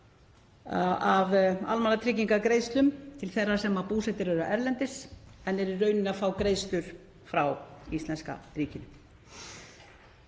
af almannatryggingagreiðslum til þeirra sem búsettir eru erlendis en eru í rauninni að fá greiðslur frá íslenska ríkinu.